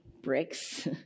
bricks